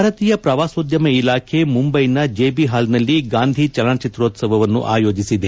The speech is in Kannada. ಭಾರತೀಯ ಪ್ರವಾಸೋದ್ಯಮ ಇಲಾಖೆ ಮುಂಬೈನ ಜೆಬಿ ಹಾಲ್ನಲ್ಲಿ ಗಾಂಧಿ ಚಲನಚಿತ್ರೋತ್ಯವವನ್ನು ಆಯೋಜಿಸಿದೆ